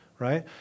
right